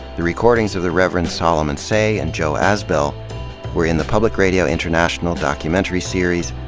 the recordings of the reverend solomon seay and joe azbell were in the public radio international documentary series,